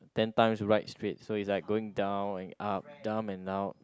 ten times ride straight so is like going down and up down and up